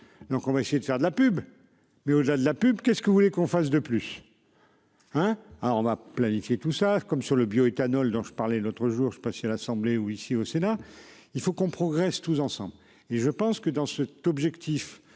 Donc on va essayer de faire de la pub. Mais au-delà de la pub. Qu'est ce que vous voulez qu'on fasse de plus. Hein. Alors on va planifier tout ça comme sur le bioéthanol dont je parlais l'autre jour spatiale assemblée ou ici au Sénat, il faut qu'on progresse tous ensemble et je pense que dans cet objectif.